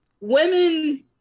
women